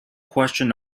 question